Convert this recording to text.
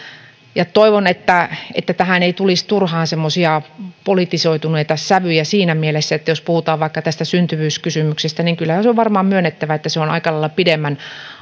toivon että että tähän ei tulisi turhaan semmoisia politisoituneita sävyjä siinä mielessä että jos puhutaan vaikka tästä syntyvyyskysymyksestä niin kyllähän se on varmaan myönnettävä että se on aika lailla pidemmän